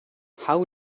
how